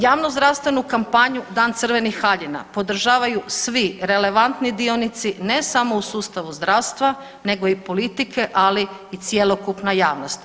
Javnozdravstvenu kampanju Dan crvenih haljina podržavaju svi relevantni dionici ne samo u sustavu zdravstva nego i politike, ali i cjelokupna javnost.